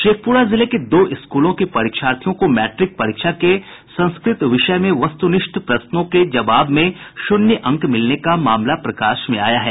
शेखपुरा जिले के दो स्कूलों के परीक्षार्थियों को मैट्रिक परीक्षा के संस्कृत विषय में वस्तुनिष्ठ प्रश्नों के जवाब में शून्य अंक मिलने का मामला सामने आया है